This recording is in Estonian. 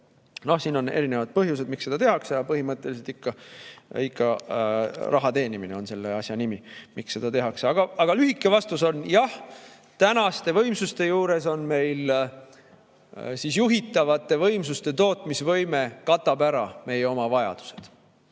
Siin on erinevad põhjused, miks seda tehakse, aga põhimõtteliselt on ikka raha teenimine selle asja nimi, miks seda tehakse. Aga lühike vastus on jah, tänaste võimsuste juures on meil nii, et juhitavate võimsuste tootmisvõime katab ära meie oma vajadused,